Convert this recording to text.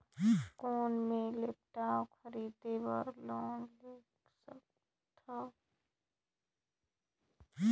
कौन मैं लेपटॉप खरीदे बर लोन ले सकथव?